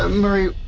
ah murray.